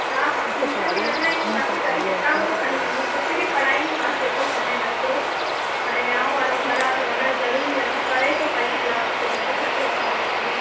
हा हा ट्यूशन बि लगराईंदी मासि गॾु किताब बि खणी वेंदमि हुते बि पढ़ाईंदीमासि जेको समय बचयो हाणे विहाउं वारो घरु आहे त वञणु ज़रूरी आ्हे न परे थो आहे न बिलासपुर न त घटि वठांव छुट्टियूं